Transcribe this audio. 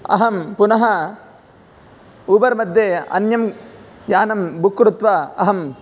अहं पुनः ऊबर् मध्ये अन्यं यानं बुक् कृत्वा अहं